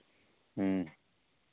ᱦᱮᱸ